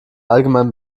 allgemein